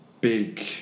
big